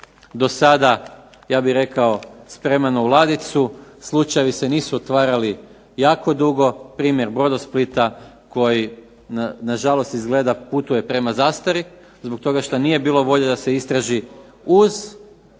do sada ja bih rekao spremljeno u ladicu. Slučajevi se nisu otvarali jako dugo. Primjer Brodosplita koji na žalost izgleda putuje prema zastari, zbog toga što nije bilo volje da se istraži uz